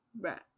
Right